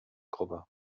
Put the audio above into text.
gruppe